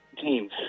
teams